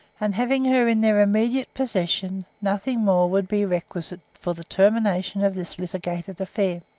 and having her in their immediate possession, nothing more would be requisite for the termination of this litigated affair.